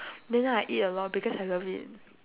then now I eat a lot because I love it